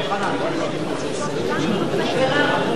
אדוני היושב-ראש,